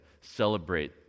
celebrate